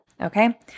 Okay